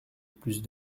plus